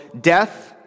death